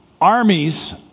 armies